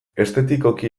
estetikoki